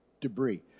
debris